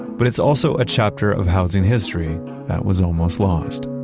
but it's also a chapter of housing history that was almost lost.